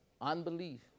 unbelief